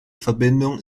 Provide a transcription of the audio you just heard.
verbindung